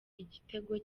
igitego